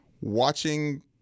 watching